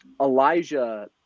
Elijah